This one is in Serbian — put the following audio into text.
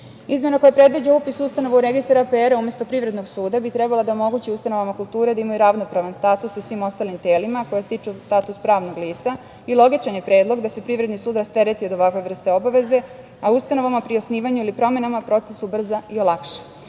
dopuna. Izmena koja predviđa upis ustanova u registar APR umesto Privrednog suda bi trebala da omogući ustanovama kulture da imaju ravnopravni status u svim ostalim telima, koje stiču status pravnog lica i logičan je predlog da se Privredni sud rastereti od ovakve vrste obaveza, a ustanovama pri osnivanju ili promenama, proces ubrza i olakša. Dalje,